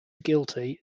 guilty